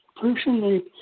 Personally